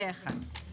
זה אחד.